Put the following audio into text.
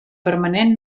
permanent